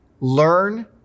learn